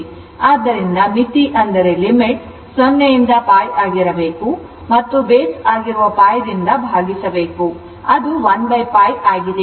ಆದ್ದರಿಂದ ಮಿತಿ 0 ಯಿಂದ π ಆಗಿರಬೇಕು ಮತ್ತು ಬೇಸ್ ಆಗಿರುವ π ಯಿಂದ ಭಾಗಿಸಬೇಕು ಅದು 1 π ಆಗಿದೆ